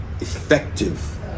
effective